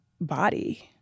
body